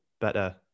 better